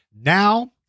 Now